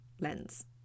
lens